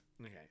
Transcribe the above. Okay